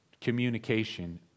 communication